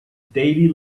daily